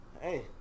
Hey